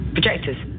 Projectors